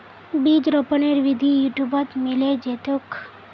बीज रोपनेर विधि यूट्यूबत मिले जैतोक